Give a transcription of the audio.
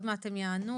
עוד מעט הם יענו.